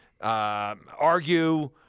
argue